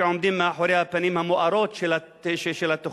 שעומדים מאחורי הפנים המוארות של התוכנית.